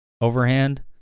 Overhand